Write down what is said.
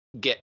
get